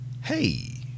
Hey